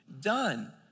done